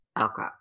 Okay